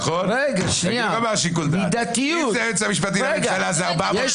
נכון --- שיקול דעת: אם זה היועץ המשפטי לממשלה זה 400 מ',